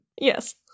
Yes